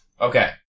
Okay